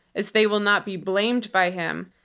as they will not be blamed by him.